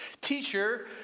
Teacher